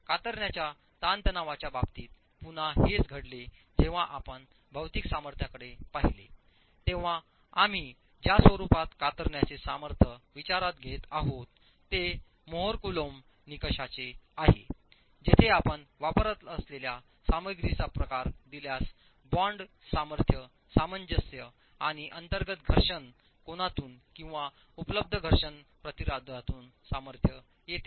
कातरण्याच्या ताणतणावाच्या बाबतीत पुन्हा हेच घडले जेव्हा आपण भौतिक सामर्थ्याकडे पाहिले तेव्हा आम्ही ज्या स्वरूपात कातरण्याचे सामर्थ्य विचारात घेत आहोत ते मोहर कुलॉम्ब निकषाचे आहेजिथे आपण वापरत असलेल्या सामग्रीचा प्रकार दिल्यास बाँड सामर्थ्य सामंजस्य आणि अंतर्गत घर्षण कोनातून किंवा उपलब्ध घर्षण प्रतिरोधातून सामर्थ्य येते